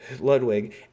Ludwig